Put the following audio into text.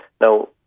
Now